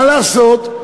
מה לעשות,